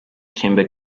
timber